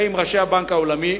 ועם ראשי הבנק העולמי,